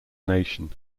nation